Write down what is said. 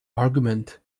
argument